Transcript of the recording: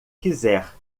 quiser